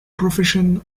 profession